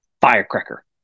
firecracker